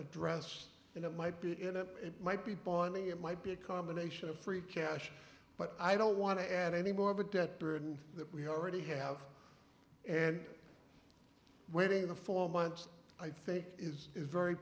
address and it might be in it it might be bonnie it might be a combination of free cash but i don't want to add any more of a debt burden that we already have and waiting the four months i think is is very